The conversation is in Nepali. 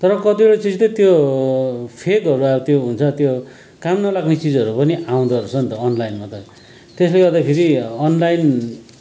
तर कतिवटा चिज त त्यो फेक अब त्यो हुन्छ त्यो काम नलाग्ने चिजहरू पनि त आउँदोरहेछ नि त अनलाइनमा त त्यसले गर्दाखेरि अनलाइन